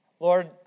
Lord